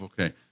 okay